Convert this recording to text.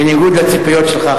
בניגוד לציפיות שלך,